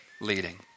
leading